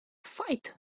fight